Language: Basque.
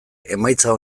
emaitza